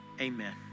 amen